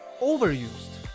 overused